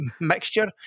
mixture